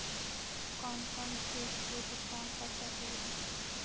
कौन कौन चिज के भुगतान कर सकली हे?